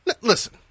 Listen